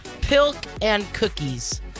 pilkandcookies